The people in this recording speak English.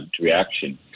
reaction